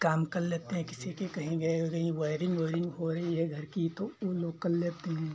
काम कर लेते हैं किसी के कही गए कही वैरिंग ऊरिंग हो रही है घर की तो ऊ लोग कर लेते हैं